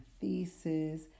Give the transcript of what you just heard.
thesis